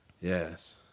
Yes